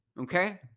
okay